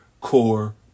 core